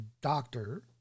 doctor